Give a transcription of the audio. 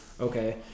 Okay